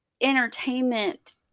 entertainment